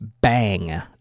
Bang